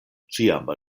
ĉiam